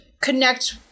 connect